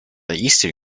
eastern